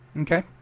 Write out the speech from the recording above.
Okay